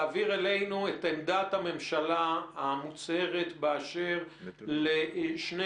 להעביר אלינו את עמדת הממשלה המוצהרת באשר לשני